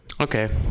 Okay